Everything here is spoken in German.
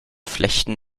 flechten